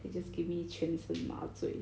just give me 全身麻醉